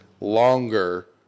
longer